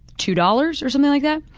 two dollars or something like that,